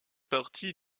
partie